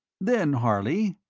then, harley,